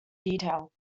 detail